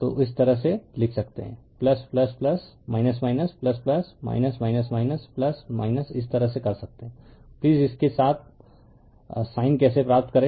तो इस तरह से लिख सकते हैं इस तरह से कर सकते हैं प्लीज इसके साथ साइन कैसे प्राप्त करें